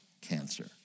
cancer